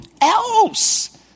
else